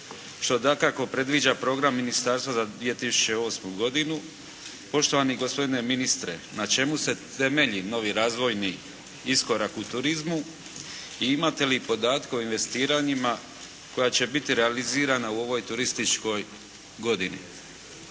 što dakako predviđa program ministarstva za 2008. godinu. Poštovani gospodine ministre, na čemu se temelji novi razvojni iskorak u turizmu i imate li podatke o investiranjima koja će biti realizirana u ovoj turističkoj godini.